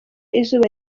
izuba